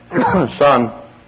Son